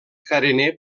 carener